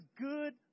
good